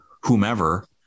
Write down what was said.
whomever